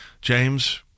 James